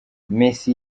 messi